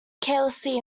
carelessly